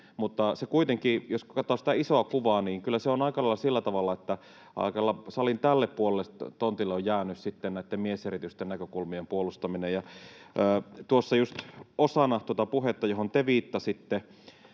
jos katsotaan sitä isoa kuvaa, niin kyllä se on aika lailla sillä tavalla, että alkaa olla salin tämän puolen tontille jäänyt sitten näitten mieserityisten näkökulmien puolustaminen. Tuossa just osana puhetta, johon te viittasitte